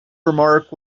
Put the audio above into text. remark